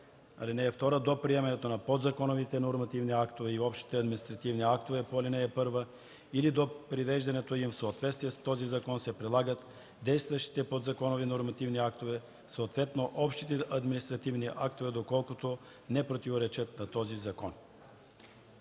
сила. (2) До приемането на подзаконовите нормативни актове и общите административни актове по ал. 1 или до привеждането им в съответствие с този закон се прилагат действащите подзаконови нормативни актове, съответно общите административни актове, доколкото не противоречат на този закон.”